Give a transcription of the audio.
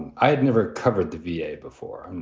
and i had never covered the v a. before. and